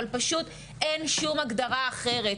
אבל פשוט אין שום הגדרה אחרת.